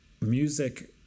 music